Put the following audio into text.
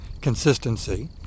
consistency